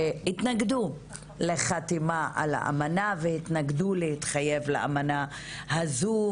שהתנגדו לחתימה על האמנה והתנגדו להצטרף לאמנה הזו,